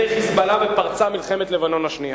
"חיזבאללה" ופרצה מלחמת לבנון השנייה.